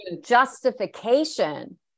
justification